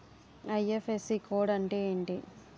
IFSC code అంటే ఏంటి?